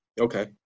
Okay